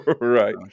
Right